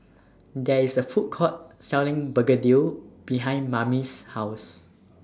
There IS A Food Court Selling Begedil behind Mamie's House